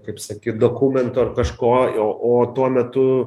kaip sakyt dokumento ar kažko o tuo metu